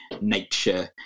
nature